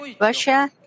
Russia